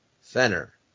center